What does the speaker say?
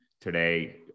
Today